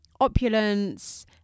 opulence